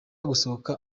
gusohoka